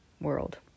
world